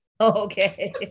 Okay